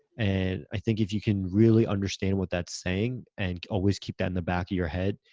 and i think if you can really understand what that's saying and always keep that in the back of your head,